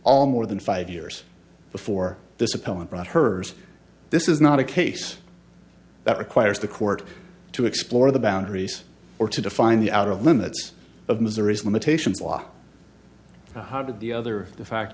all more than five years before this appellant brought hers this is not a case that requires the court to explore the boundaries or to define the outer limits of missouri's limitations law how did the other the fact